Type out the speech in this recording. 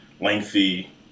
lengthy